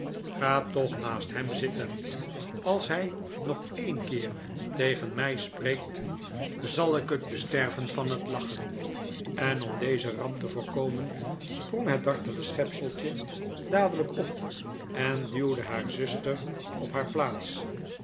ga toch naast hem zittenl als hij nog een keer tegen mij spreekt zal ik het besterven van t lachen en om deze ramp te voorkomen sprong het dartele schepseltje dadelijk op en duwde haar zuster op haar plaats